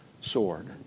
sword